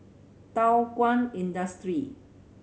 Thow Kwang Industry